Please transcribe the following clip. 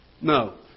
No